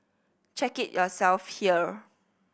check it yourself here